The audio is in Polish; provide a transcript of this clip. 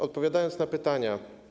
Odpowiadam na pytania.